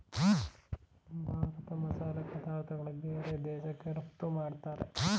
ಭಾರತ ಮಸಾಲೆ ಪದಾರ್ಥಗಳನ್ನು ಬೇರೆ ದೇಶಕ್ಕೆ ರಫ್ತು ಮಾಡತ್ತರೆ